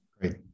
Great